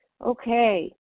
Okay